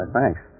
Thanks